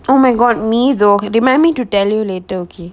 oh my god maeve though remind me to tell you later okay